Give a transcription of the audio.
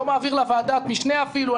לא מעביר לוועדת משנה אפילו,